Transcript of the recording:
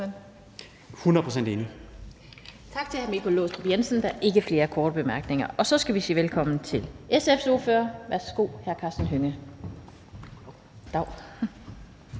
Lind): Til hr. Michael Aastrup Jensen. Der er ikke flere korte bemærkninger. Og så skal vi sige velkommen til SF's ordfører. Værsgo, hr. Karsten Hønge. Kl.